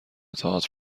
تئاتر